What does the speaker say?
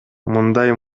мындай